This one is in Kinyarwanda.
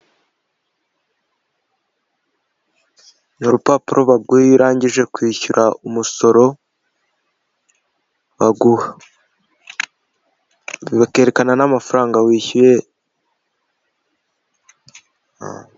Urupapuro baguha iyo urangije kwishyura umusoro baguha bakerekana n'amafaranga wishyuye.